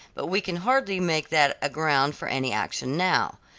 but we can hardly make that a ground for any action now.